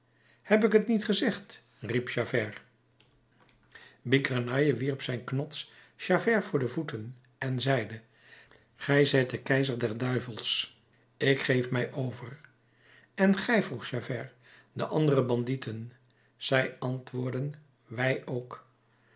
heb ik t niet gezegd riep javert bigrenaille wierp zijn knots javert voor de voeten en zeide gij zijt de keizer der duivels ik geef mij over en gij vroeg javert de andere bandieten zij antwoordden wij ook